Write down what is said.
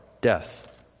death